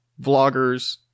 vloggers